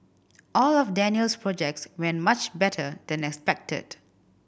all of Daniel's projects went much better than expected